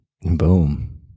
Boom